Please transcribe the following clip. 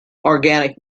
organic